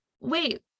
wait